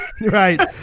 right